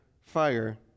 fire